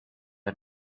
out